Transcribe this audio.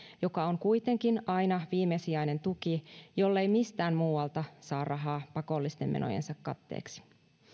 joka on kuitenkin aina viimesijainen tuki jollei mistään muualta saa rahaa pakollisten menojensa katteeksi